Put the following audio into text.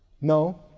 No